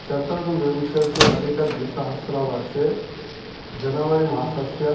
चतुर्विंशत्यधिकः द्विसहस्रवर्षे जनवरि मासस्य